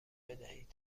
بدهید